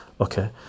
okay